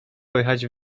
pojechać